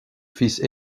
fils